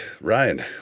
ryan